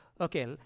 okay